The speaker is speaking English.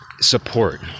support